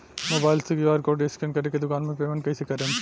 Mobile से QR code scan कर के दुकान मे पेमेंट कईसे करेम?